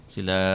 Sila